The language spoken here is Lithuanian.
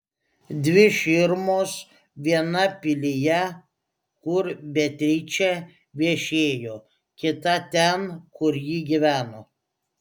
dvi širmos viena pilyje kur beatričė viešėjo kita ten kur ji gyveno